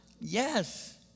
Yes